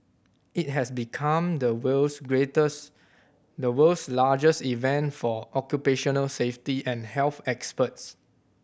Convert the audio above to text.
it has become the world's greatest the world's largest event for occupational safety and health experts